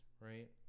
right